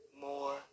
more